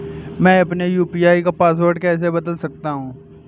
मैं अपने यू.पी.आई का पासवर्ड कैसे बदल सकता हूँ?